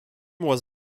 was